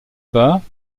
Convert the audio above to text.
pas